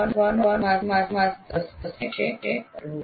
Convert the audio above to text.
ત્યાં શીખવાનો એકમાત્ર રસ્તો છે રટવું